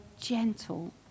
gentle